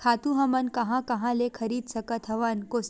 खातु हमन कहां कहा ले खरीद सकत हवन?